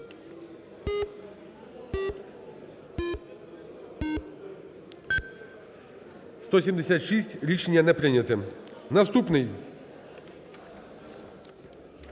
За-176 Рішення не прийнято. Наступний.